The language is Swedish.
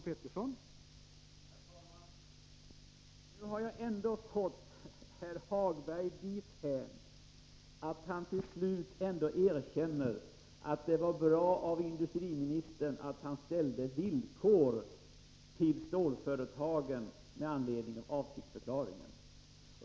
Herr talman! Nu har jag ändå fått herr Hagberg dithän att han till slut erkänner att det var bra att industriministern ställde villkor till stålföretagen med anledning av avsiktsförklaringen.